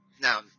Now